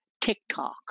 TikTok